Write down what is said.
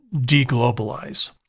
de-globalize